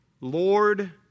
Lord